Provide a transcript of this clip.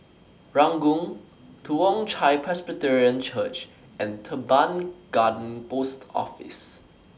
Ranggung Toong Chai Presbyterian Church and Teban Garden Post Office